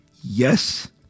yes